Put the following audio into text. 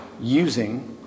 using